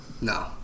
no